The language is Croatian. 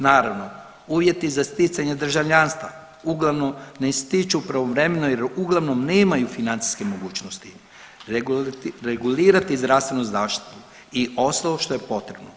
Naravno, uvjeti za sticanje državljanstva uglavnom ne stiču pravovremeno jer uglavnom nemaju financijske mogućnosti regulirati zdravstvenu zaštitu i ostalo što je potrebno.